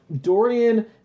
Dorian